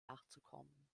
nachzukommen